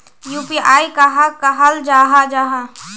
UPI कहाक कहाल जाहा जाहा?